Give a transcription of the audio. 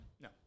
No